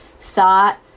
thought